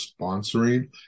sponsoring